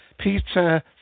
Peter